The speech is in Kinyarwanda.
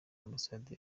ambasade